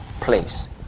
place